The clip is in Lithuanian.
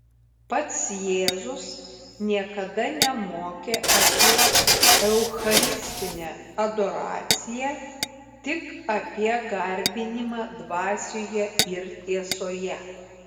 pats jėzus niekada nemokė apie eucharistinę adoraciją tik apie garbinimą dvasioje ir tiesoje